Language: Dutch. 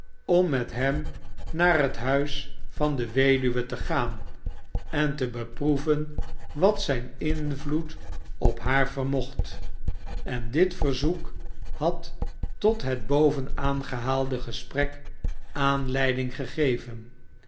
om met hem naar het huis van de weduwe te gaan en te beproeven wat zijn invloed op haar vermocht en dit verzoek had tot het boven aangehaalde gesprek aanleiding gegeven